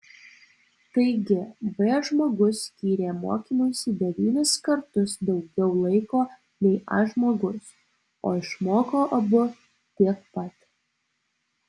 taigi b žmogus skyrė mokymuisi devynis kartus daugiau laiko nei a žmogus o išmoko abu tiek pat